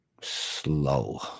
slow